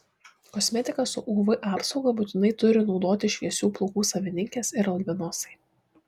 kosmetiką su uv apsauga būtinai turi naudoti šviesių plaukų savininkės ir albinosai